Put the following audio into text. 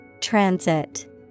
Transit